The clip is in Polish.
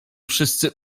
wszyscy